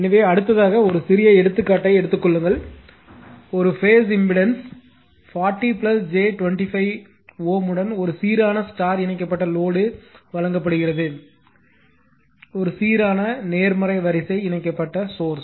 எனவே அடுத்ததாக ஒரு சிறிய எடுத்துக்காட்டை எடுத்துக் கொள்ளுங்கள் ஒரு பேஸ் இம்பெடன்ஸ் 40 j 25 Ω உடன் ஒரு சீரான ஸ்டார் இணைக்கப்பட்ட லோடு வழங்கப்படுகிறது ஒரு சீரான நேர்மறை வரிசை இணைக்கப்பட்ட சோர்ஸ்